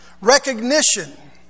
recognition